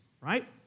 right